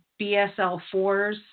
BSL-4s